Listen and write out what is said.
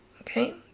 okay